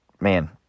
man